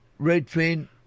redfin